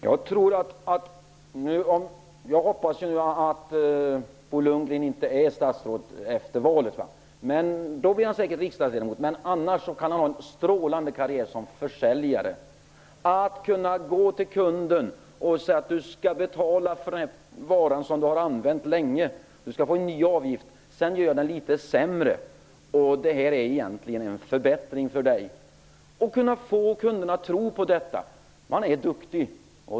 Herr talman! Jag hoppas ju att Bo Lundgren inte är statsråd efter valet. Då blir han säkert riksdagsledamot. Annars kan han ha en strålande karriär som försäljare; att kunna gå till kunden och säga: Du skall betala för den vara som du har använt länge. Du skall få en ny avgift. Sedan blir det litet sämre, och det är egentligen en förbättring för dig. Om man kan få kunderna att tro på detta är man duktig!